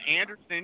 Anderson